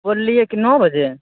बोललिये कि नओ बजे